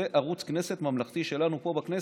זה ערוץ כנסת ממלכתי שלנו פה בכנסת.